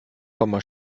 komma